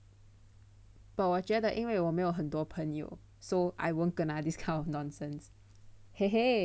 but 我觉得因为我没有很多朋友 so I won't kena this kind of nonsense !hey! !hey!